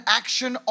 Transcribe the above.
action